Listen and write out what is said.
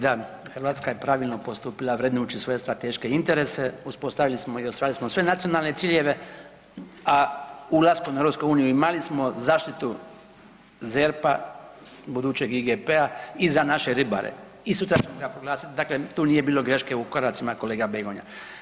Da, Hrvatska je pravilno postupila vrednujući svoje strateške interese, uspostavili smo i ostvarili smo sve nacionalne ciljeve, a ulaskom u EU imali smo zaštitu ZERP-a, budućeg IGP-a i za naše ribare i sutra ćemo ga proglasiti, dakle tu nije bilo greške u koracima, kolega Begonja.